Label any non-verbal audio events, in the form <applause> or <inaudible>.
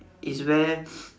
is where <noise>